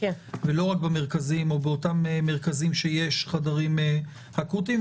ולא רק באותם מרכזים שיש בהם חדרים אקוטיים.